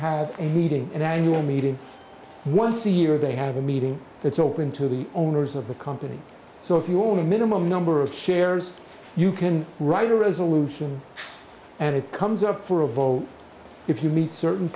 have a meeting that you are meeting once a year they have a meeting that's open to the owners of the company so if you own a minimum number of shares you can write a resolution and it comes up for a vote if you meet certain